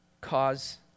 cause